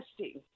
testing